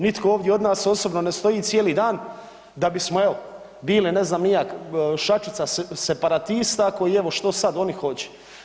Nitko ovdje od nas osobno ne stoji cijeli dan da bismo evo bili ne znam ni ja šačica separatista koji evo što sad oni hoće.